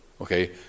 Okay